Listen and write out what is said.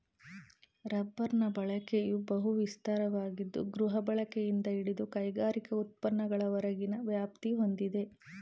ರಬ್ಬರ್ನ ಬಳಕೆಯು ಬಹು ವಿಸ್ತಾರವಾಗಿದ್ದು ಗೃಹಬಳಕೆಯಿಂದ ಹಿಡಿದು ಕೈಗಾರಿಕಾ ಉತ್ಪನ್ನಗಳವರೆಗಿನ ವ್ಯಾಪ್ತಿ ಹೊಂದಿದೆ